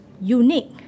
unique